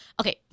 Okay